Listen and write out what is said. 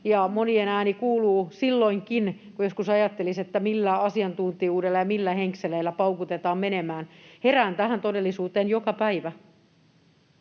monien ääni kuuluu silloinkin, kun joskus ajattelisi, millä asiantuntijuudella ja millä henkseleillä paukutetaan menemään. Herään tähän todellisuuteen joka päivä.